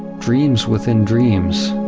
dreams within dreams.